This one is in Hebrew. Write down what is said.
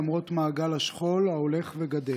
למרות מעגל השכול ההולך וגדל.